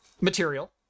material